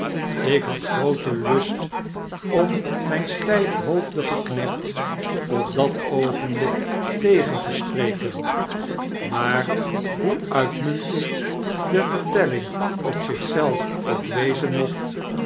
ik had grooten lust om mijn stijfhoofdigen knecht op dat oogenblik tegen te spreken maar hoe uitmuntend de vertelling op zich zelf ook wezen mocht